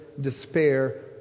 despair